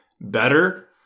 better